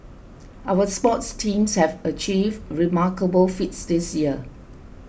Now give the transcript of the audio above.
our sports teams have achieved remarkable feats this year